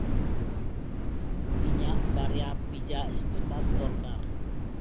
ᱤᱧᱟᱹᱜ ᱵᱟᱨᱭᱟ ᱯᱤᱡᱟ ᱥᱴᱮᱴᱟᱥ ᱫᱚᱨᱠᱟᱨ